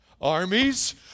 Armies